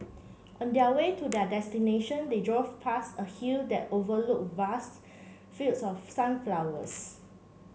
on their way to their destination they drove past a hill that overlooked vast fields of sunflowers